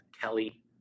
Kelly